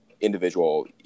individual